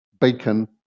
bacon